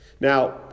Now